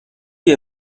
روی